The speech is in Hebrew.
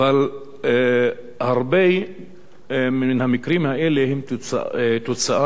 הרבה מן המקרים האלה הם תוצאה